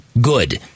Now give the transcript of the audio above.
good